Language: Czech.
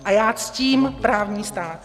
A já ctím právní stát.